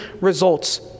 results